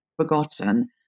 forgotten